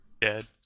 Dead